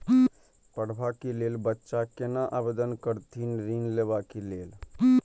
पढ़वा कै लैल बच्चा कैना आवेदन करथिन ऋण लेवा के लेल?